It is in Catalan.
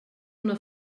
una